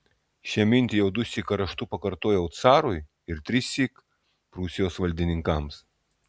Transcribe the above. šią mintį jau dusyk raštu pakartojau carui ir trissyk prūsijos valdininkams